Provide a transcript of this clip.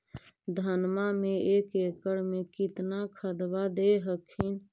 धनमा मे एक एकड़ मे कितना खदबा दे हखिन?